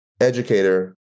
educator